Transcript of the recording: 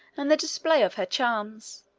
and the display of her charms,